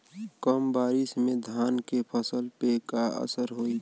कम बारिश में धान के फसल पे का असर होई?